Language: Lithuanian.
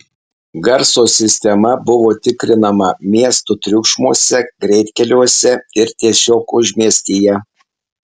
garso sistema buvo tikrinama miesto triukšmuose greitkeliuose ir tiesiog užmiestyje